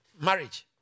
Marriage